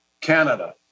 Canada